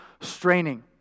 straining